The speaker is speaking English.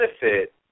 benefit